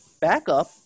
backup